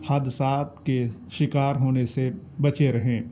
حادثات کے شکار ہونے سے بچے رہیں